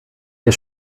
ihr